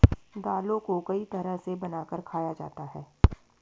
दालों को कई तरह से बनाकर खाया जाता है